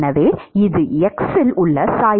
எனவே இது x இல் உள்ள சாய்வு